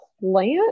plant